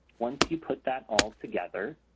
once you put that all together,